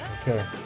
Okay